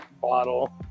bottle